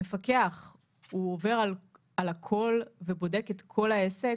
המפקח עובר על הכול ובודק את כל העסק?